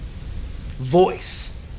voice